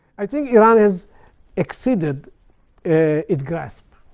i think iran has exceeded its grasp.